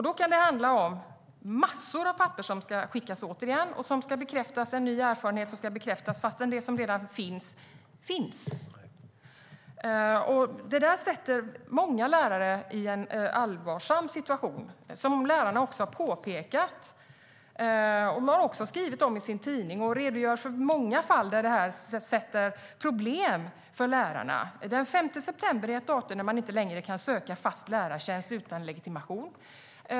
Det kan handla om massor av papper som återigen ska skickas in - till exempel ska en ny erfarenhet bekräftas - fastän de redan insända papperen redan finns där. Detta sätter många lärare i en allvarlig situation. Det har också Lärarförbundet påpekat och skrivit om i tidningen. Där redogörs för många fall där det har blivit problem för lärarna. Den 5 december var datumet för när man inte längre kunde söka fast lärartjänst utan legitimation.